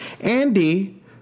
Andy